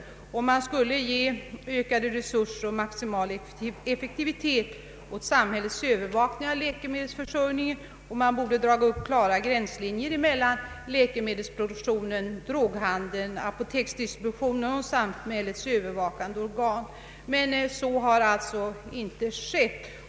Det skulle ha givits ökade resurser och maximal effektivitet åt samhällets övervakning av läkemedelsförsörjningen, och det borde ha dragits upp klara gränslinjer mellan läkememedelsproduktionen, droghandeln, apoteksdistributionen och samhällets övervakande organ. Så har emellertid inte skett.